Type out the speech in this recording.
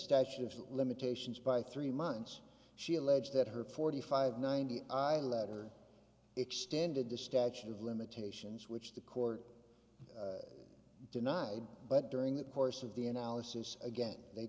statute of limitations by three months she alleged that her forty five ninety in that or extended the statute of limitations which the court denied but during the course of the analysis again they